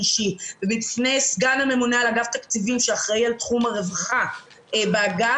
ובפני סגן הממונה על אגף התקציבים שאחראי על תחום הרווחה באגף,